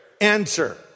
Answer